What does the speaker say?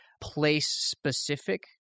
place-specific